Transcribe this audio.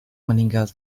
meninggal